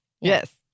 Yes